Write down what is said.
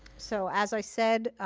so as i said,